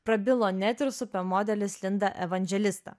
prabilo net ir super modelis linda evangelista